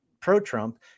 pro-trump